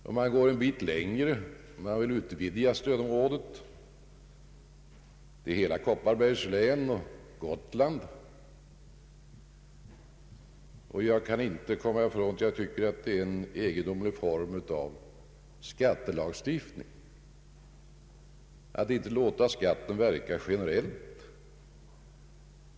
Man vill gå en bit längre och utvidga stödområdet till hela Kopparbergs län och Gotland. Jag kan inte komma ifrån att det är en egendomlig form av skattelagstiftning att inte låta skatten verka generellt.